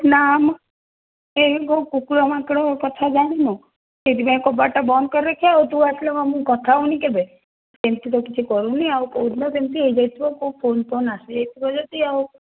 ନାଁ ମ ଏଇ ମୋ କୁକୁର ମାଙ୍କଡ଼ କଥା ଜାଣିନ ସେଇଥିପାଇଁ କବାଟଟା ବନ୍ଦ କରି ରଖେ ଆଉ ତୁ ଆସିଲେ ମୁଁ କଥା ହଉନି କେବେ ଏମିତି ତ କିଛି କରୁନି ଆଉ କେଉଁ ଦିନ ସେମିତି ହେଇଯାଇଥିବ କେଉଁ ଫୋନ୍ ଫୋନ୍ ଆସି ଯାଇଥିବ ଯଦି ଆଉ